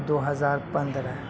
دو ہزار پندرہ